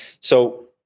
So-